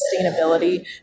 sustainability